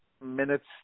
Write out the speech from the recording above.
minutes